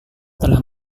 telah